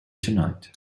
tonight